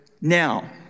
now